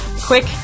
Quick